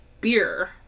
beer